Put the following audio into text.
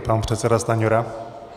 Pan předseda Stanjura.